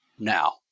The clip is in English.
now